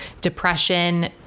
depression